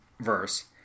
verse